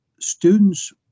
students